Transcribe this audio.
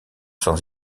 sans